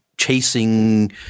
Chasing